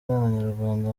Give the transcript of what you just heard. n’abanyarwanda